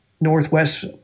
Northwest